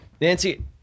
Nancy